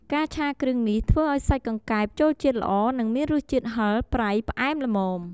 ការឆាគ្រឿងនេះ ធ្វើឱ្យសាច់កង្កែបចូលជាតិល្អ និងមានរសជាតិហិរ ប្រៃ ផ្អែម ល្មម។